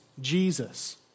Jesus